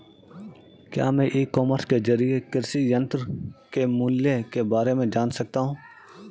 क्या मैं e commerce के ज़रिए कृषि यंत्र के मूल्य में बारे में जान सकता हूँ?